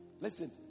Listen